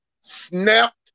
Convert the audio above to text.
snapped